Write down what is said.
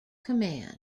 command